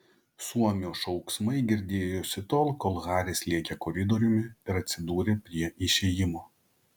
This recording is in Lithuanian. suomio šauksmai girdėjosi tol kol haris lėkė koridoriumi ir atsidūrė prie išėjimo